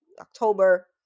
October